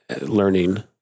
learning